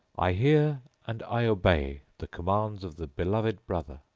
i hear and i obey the commands of the beloved brother!